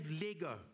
lego